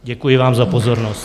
Děkuji vám za pozornost.